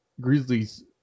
Grizzlies